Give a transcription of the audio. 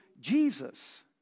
Jesus